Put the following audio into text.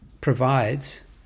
provides